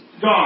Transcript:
God